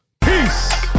Peace